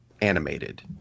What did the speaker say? animated